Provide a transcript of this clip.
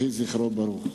יהי זכרו ברוך.